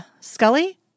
Scully